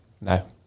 no